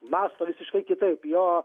mąsto visiškai kitaip jo